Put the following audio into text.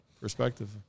Perspective